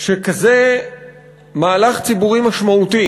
שכזה מהלך ציבורי משמעותי